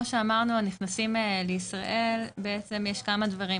כמו שאמרתי, לגבי הנכנסים לישראל יש כמה דברים.